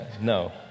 No